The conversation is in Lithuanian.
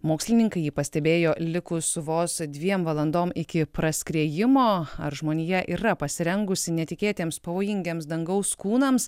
mokslininkai jį pastebėjo likus vos dviem valandom iki praskriejimo ar žmonija yra pasirengusi netikėtiems pavojingiems dangaus kūnams